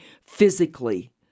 physically